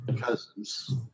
cousin's